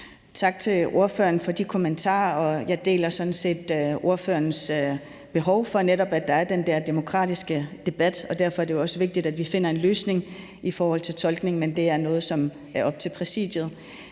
Tak til ordføreren for de kommentarer. Jeg deler sådan set ordførerens behov for, at der netop er den der demokratiske debat, og derfor er det jo også vigtigt, at vi finder en løsning i forhold til tolkning, men det er noget, som er op til Præsidiet.